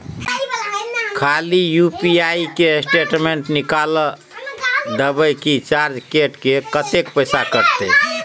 खाली यु.पी.आई के स्टेटमेंट निकाइल देबे की चार्ज कैट के, कत्ते पैसा कटते?